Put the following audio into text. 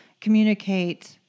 communicate